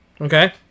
Okay